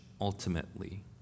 ultimately